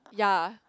ya